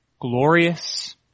glorious